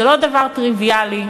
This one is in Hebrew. זה לא דבר טריוויאלי,